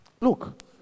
Look